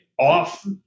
off